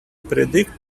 predict